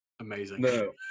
Amazing